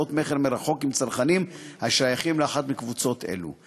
עסקאות מכר מרחוק עם צרכנים השייכים לאחת מקבוצות אלו,